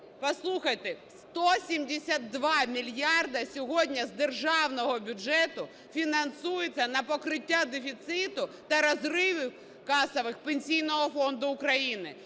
Послухайте, 172 мільярди сьогодні з державного бюджету фінансується на покриття дефіциту та розривів касових Пенсійного фонду України.